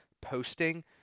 posting